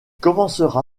commencera